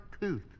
tooth